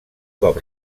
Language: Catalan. cop